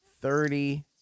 Thirty